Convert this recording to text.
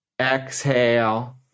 exhale